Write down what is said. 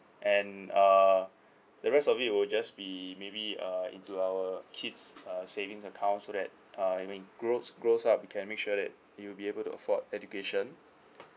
and uh the rest of it would just be maybe uh into our kids uh savings account so that uh when they grow grows up we can make sure that we'll be able to afford education